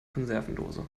konservendose